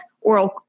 oral